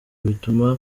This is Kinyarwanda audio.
bituma